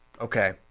Okay